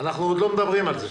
אנחנו עוד לא מדברים על זה.